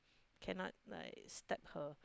cannot like step her